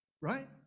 right